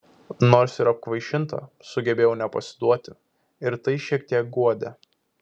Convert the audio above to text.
nors ir apkvaišinta sugebėjau nepasiduoti ir tai šiek tiek guodė